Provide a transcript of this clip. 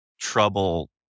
trouble